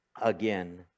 again